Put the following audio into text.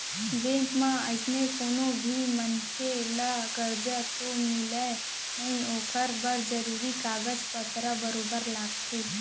bank म अइसने कोनो भी मनसे ल करजा तो मिलय नई ओकर बर जरूरी कागज पातर बरोबर लागथे